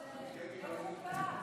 זה חוקה.